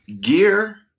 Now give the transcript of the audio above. gear